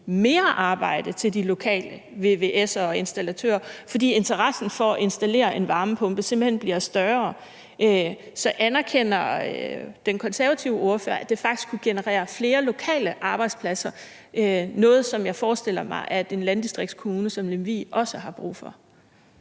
mere arbejde til de lokale vvs'ere og installatører, fordi interessen for at installere en varmepumpe simpelt hen bliver større. Så anerkender den konservative ordfører, at det faktisk kunne generere flere lokale arbejdspladser – noget, som jeg forestiller mig at en landdistriktskommune som Lemvig også har brug for?